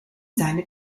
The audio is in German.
seine